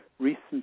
recent